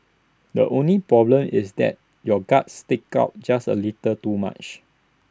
the only problem is that your gut sticks out just A little too much